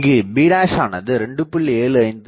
இங்கு bஆனது 2